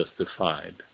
justified